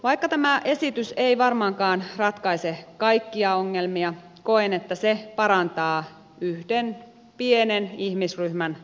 vaikka tämä esitys ei varmaankaan ratkaise kaikkia ongelmia koen että se parantaa yhden pienen ihmisryhmän asemaa